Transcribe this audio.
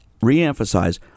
reemphasize